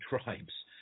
tribes